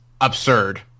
absurd